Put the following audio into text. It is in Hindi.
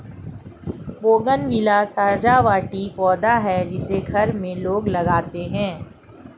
बोगनविला सजावटी पौधा है जिसे घर में लोग लगाते हैं